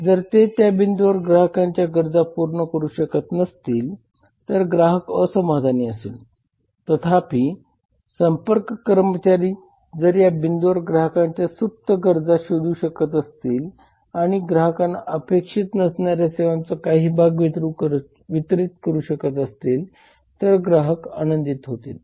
जर ते त्या बिंदूंवर ग्राहकांच्या गरजा पूर्ण करू शकत नसतील तर ग्राहक असमाधानी असेल तथापि संपर्क कर्मचारी जर या बिंदूंवर ग्राहकांच्या सुप्त गरजा शोधू शकत असतील आणि ग्राहकांना अपेक्षित नसणाऱ्या सेवांचा काही भाग वितरीत करू शकत असतील तर ग्राहक आनंदित होतील